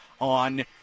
on